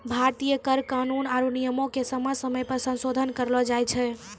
भारतीय कर कानून आरु नियमो के समय समय पे संसोधन करलो जाय छै